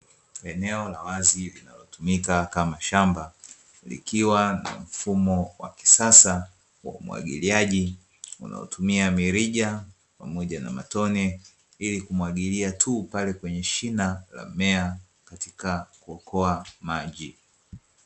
Eneo la wazi linalotumika kama shamba, likiwa na mfumo wa kisasa wa umwagiliaji unaotumia mirija pamoja na matone ili kumwagilia tuu pale kwenye shina la mmea katika kuokoa maji.